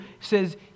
says